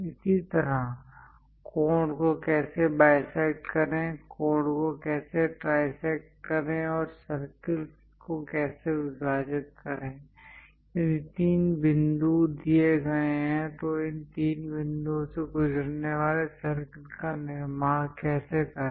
इसी तरह कोण को कैसे बाईसेक्ट करें कोण को कैसे ट्राइसेक्ट करें और सर्किलस् को कैसे विभाजित करें यदि तीन बिंदु दिए गए हैं तो इन तीन बिंदुओं से गुजरने वाले सर्किल का निर्माण कैसे करें